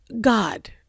God